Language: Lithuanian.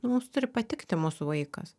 nu mums turi patikti mūsų vaikas